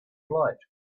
flight